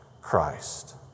Christ